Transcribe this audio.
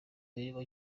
birimo